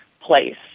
place